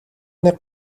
нэг